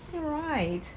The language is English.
you're right